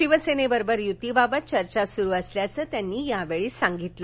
शिवसेनेबरोबर युतीबाबत चर्चा सुरू असल्याचं त्यांनी यावेळी सांगितलं